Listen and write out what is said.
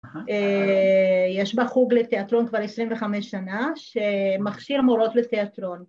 יש בחוג לתיאטרון כבר 25 שנה שמכשיר מורות לתיאטרון